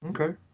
Okay